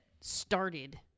started